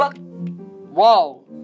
Whoa